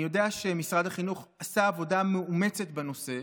אני יודע שמשרד החינוך עשה עבודה מאומצת בנושא,